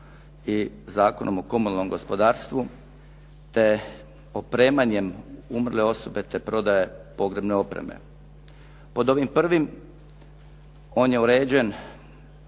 i Zakonom o komunalnom gospodarstvu, te opremanjem umrle osobe, te prodaje pogrebne opreme. Pod ovim prvim, on je uređen